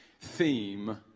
theme